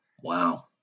Wow